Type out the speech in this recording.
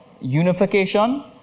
unification